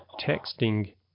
texting